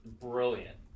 brilliant